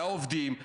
לעובדים,